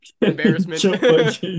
Embarrassment